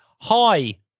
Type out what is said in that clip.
Hi